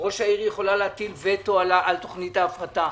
שראש העיר יכולה להטיל וטו על תוכנית ההפרטה.